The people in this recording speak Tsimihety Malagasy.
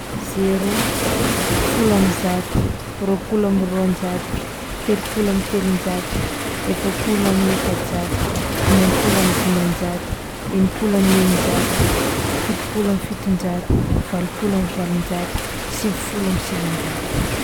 Zéro, folo amby zato, roapolo amby roanjato, telopolo am'telonjato, efapolo amin'efajato, dimampolo am'dimanjato, enimpolo amin'eninjato, fitopolo am'fitonjato, valopolo am'valonjato, sivifolo am'sivanjato.